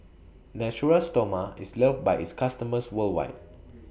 Natura Stoma IS loved By its customers worldwide